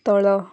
ତଳ